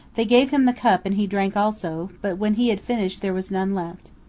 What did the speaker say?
they gave him the cup and he drank also but when he had finished there was none left.